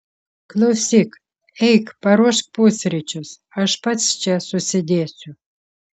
klausyk eik paruošk pusryčius aš pats čia susidėsiu